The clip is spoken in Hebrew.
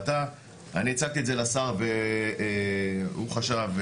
אני הצגתי את זה לשר והוא חשב,